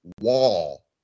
wall